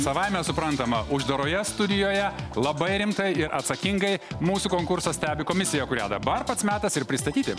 savaime suprantama uždaroje studijoje labai rimtai ir atsakingai mūsų konkursą stebi komisija kurią dabar pats metas ir pristatyti